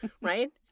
Right